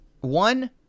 One